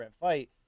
fight